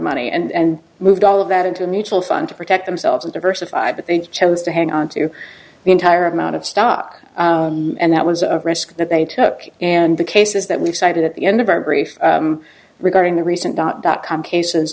money and moved all of that into a mutual fund to protect themselves and diversified but they chose to hang on to the entire amount of stock and that was a risk that they took and the cases that we've cited at the end of our brief regarding the recent dot dot com ca